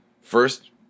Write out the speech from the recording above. First